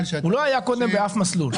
הוא קודם לא היה במסלול כלשהו.